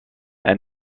elle